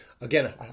again